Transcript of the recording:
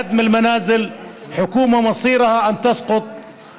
ממשלה ששריה מתגאים בהרס בתים,